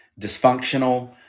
dysfunctional